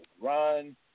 run